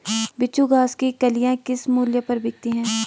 बिच्छू घास की कलियां किस मूल्य पर बिकती हैं?